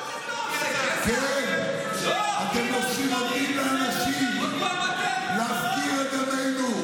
חברי הכנסת, הגזענות הזאת נגד חוק הגזענות.